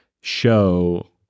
show